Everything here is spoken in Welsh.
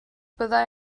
byddai